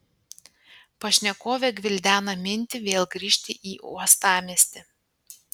pašnekovė gvildena mintį vėl grįžti į uostamiestį